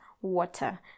water